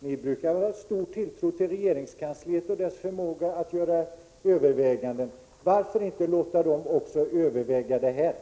Ni brukar ha stor tilltro till regeringskansliet och dess förmåga att göra överväganden, varför inte låta dem överväga också detta?